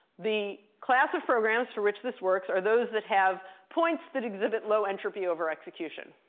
the class of programs for which this works are those that have points that exhibit low entropy over execution.